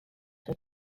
were